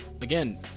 Again